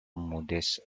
modestes